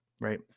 Right